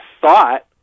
thought